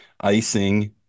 icing